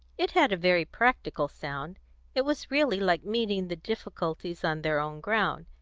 it had a very practical sound it was really like meeting the difficulties on their own ground,